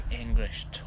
English